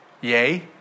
Yay